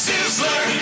Sizzler